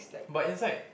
but inside